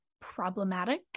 problematic